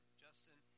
justin